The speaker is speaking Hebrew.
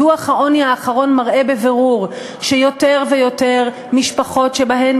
דוח העוני האחרון מראה בבירור שיותר ויותר משפחות שבהן